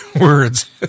Words